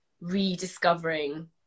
rediscovering